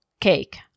cake